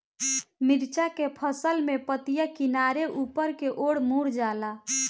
मिरचा के फसल में पतिया किनारे ऊपर के ओर मुड़ जाला?